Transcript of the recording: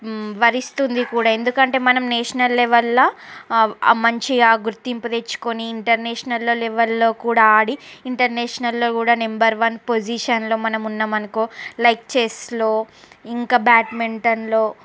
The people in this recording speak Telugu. వరిస్తుంది కూడా ఎందుకంటే మనం నేషనల్ లెవెల్లో ఆ మంచి ఆ గుర్తింపు తెచ్చుకోని ఇంటర్నేషనల్లో లెవెల్లో కూడా ఆడి ఇంటర్నేషనల్లో కూడా నెంబర్ వన్ పొజిషన్లో మనం ఉన్నాం అనుకో లైక్ చెస్లో ఇంకా బాడ్మింటన్లో